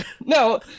no